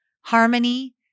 harmony